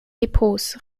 depots